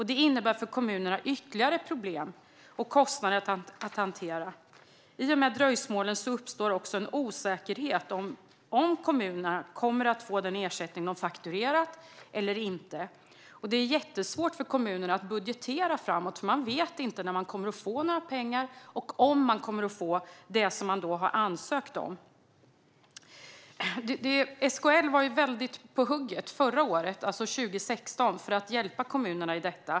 Det innebär för kommunerna ytterligare problem och kostnader att hantera. I och med dröjsmålen uppstår också en osäkerhet om kommunerna kommer att få den ersättning de fakturerat eller inte. Det är jättesvårt för kommunerna att budgetera framåt. De vet inte när de kommer att få några pengar och om de kommer att få det som de har ansökt om. SKL var väldigt på hugget förra året, 2016, för att hjälpa kommunerna i detta.